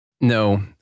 No